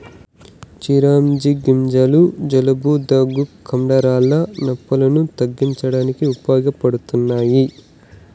చిరోంజి గింజలు జలుబు, దగ్గు, కండరాల నొప్పులను తగ్గించడానికి ఉపయోగపడతాయి